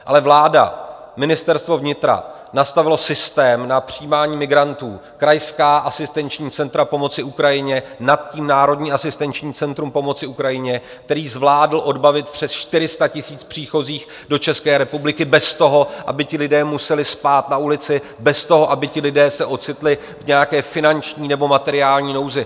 Ale vláda, Ministerstvo vnitra nastavilo systém na přijímání migrantů krajská asistenční centra pomoci Ukrajině, nad tím Národní asistenční centrum pomoci Ukrajině který zvládl odbavit přes 400 000 příchozích do České republiky bez toho, aby ti lidé museli spát na ulici, bez toho, aby ti lidé se ocitli v nějaké finanční nebo materiální nouzi.